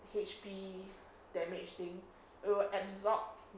H_P damage thing it'll absorb